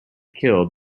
killed